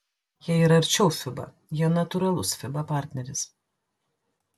jie yra arčiau fiba jie natūralus fiba partneris